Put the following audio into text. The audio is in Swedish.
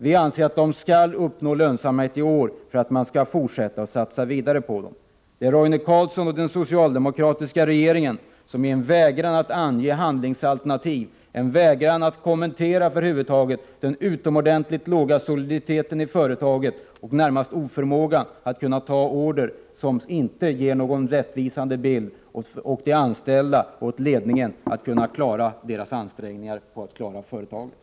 Vi anser att Kockums skall uppnå lönsamhet redan i år för att man skall fortsätta att satsa på företaget. Roine Carlsson och den socialdemokratiska regeringen har vägrat att ange handlingsalternativ och har över huvud taget vägrat att kommentera den utomordentligt låga soliditeten i företaget och oförmågan att ta emot order. Detta ger inte någon rättvisande bild när det gäller ansträngningarna att klara företaget.